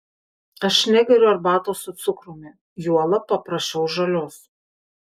aš negeriu arbatos su cukrumi juolab paprašiau žalios